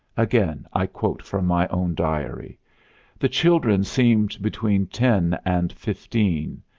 again i quote from my own diary the children seemed between ten and fifteen.